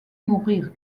mourir